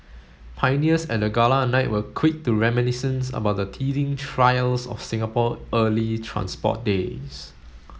pioneers at the gala night were quick to reminisce about the teething trials of Singapore early transport days